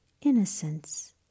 innocence